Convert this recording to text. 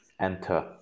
enter